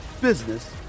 business